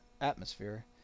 atmosphere